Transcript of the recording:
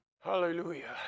Hallelujah